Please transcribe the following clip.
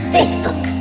Facebook